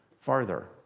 farther